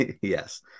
yes